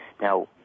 Now